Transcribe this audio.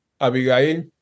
Abigail